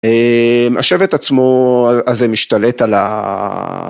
‫השבט עצמו הזה משתלט על ה...